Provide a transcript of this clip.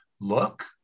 look